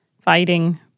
fighting